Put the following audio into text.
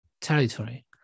territory